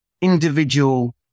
individual